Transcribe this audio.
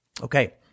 Okay